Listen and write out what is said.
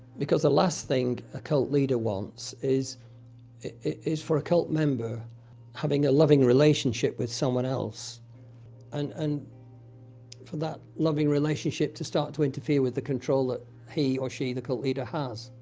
because the last thing a cult leader wants is is for a cult member having a loving relationship with someone else and and for that loving relationship to start to interfere with the control that he or she, the cult leader, has.